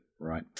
right